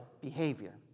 behavior